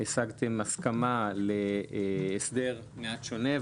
השגתן הסכמה להסדר מעט שונה,